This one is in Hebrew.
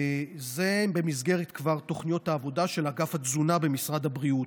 זה כבר במסגרת תוכניות העבודה של אגף התזונה במשרד הבריאות.